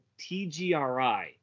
TGRI